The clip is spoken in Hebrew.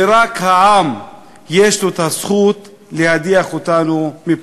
ורק העם יש לו זכות להדיח אותנו מפה.